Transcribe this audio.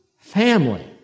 family